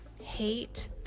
hate